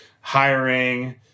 hiring